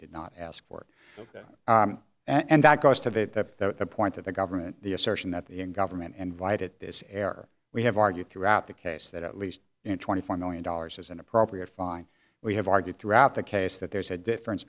did not ask for that and that cost of it that the point that the government the assertion that the in government and vide at this air we have argued throughout the case that at least in twenty four million dollars is an appropriate fine we have argued throughout the case that there's a difference